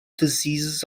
diseases